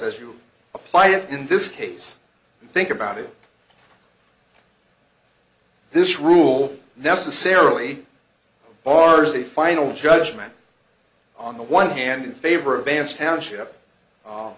as you apply it in this case think about it this rule necessarily bars the final judgment on the one hand in favor of bans township